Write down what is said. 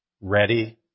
ready